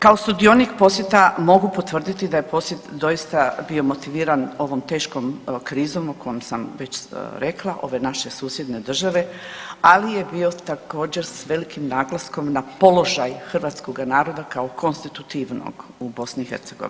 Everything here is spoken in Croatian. Kao sudionik posjeta mogu potvrditi da je posjet doista bio motiviran ovom teškom krizom o kom sam već rekla, ove naše susjedne države, ali je bio također, s velikim naglaskom na položaj hrvatskoga naroda kao konstitutivnog u BiH.